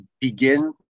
begin